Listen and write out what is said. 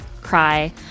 cry